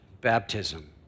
baptism